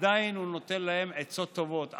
עדיין הוא נותן להם עצות טובות,